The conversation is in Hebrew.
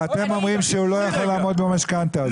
אתם אומרים שהוא לא יכול לעמוד במשכנתה הזאת.